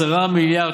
עם נתוני מקרו מדהימים.